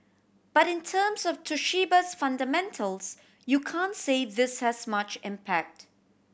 but in terms of Toshiba's fundamentals you can't say this has much impact